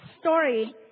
story